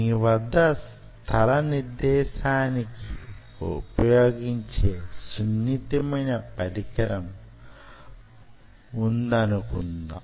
మీ వద్ద స్థల నిర్దేసానికి ఉపయోగించే సున్నితమైన పరికరం ఉందనుకుందాం